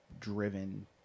driven